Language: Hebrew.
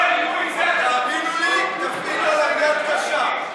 תאמינו לי, תפעילו עליו יד קשה.